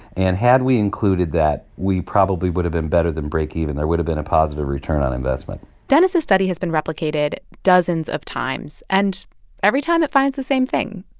and had we included that, we probably would have been better than break even. there would have been a positive return on investment dennis' study has been replicated dozens of times. and every time, it finds the same thing.